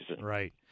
Right